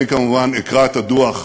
אני כמובן אקרא את הדוח,